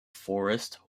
forest